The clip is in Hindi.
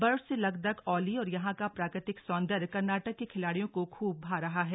बर्फ से लकदक औली और यहां का प्राकृतिक सौंदर्य कर्नाटक के खिलाड़ियों को खूब भा रहा है